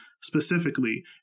specifically